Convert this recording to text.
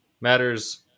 matters